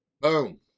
Boom